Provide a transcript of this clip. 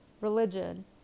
religion